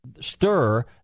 stir